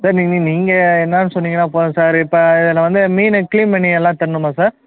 sir நீங்கள் நீங்கள் என்னென்னு சொன்னிங்கன்னால் போதும் சார் இப்போ இதில் வந்து மீன் க்ளீன் பண்ணி எல்லாம் தரணுமா சார்